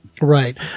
Right